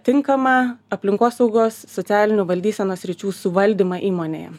tinkamą aplinkosaugos socialinių valdysenos sričių suvaldymą įmonėje